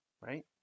Right